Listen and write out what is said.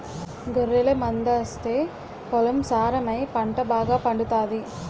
గొర్రెల మందాస్తే పొలం సారమై పంట బాగాపండుతాది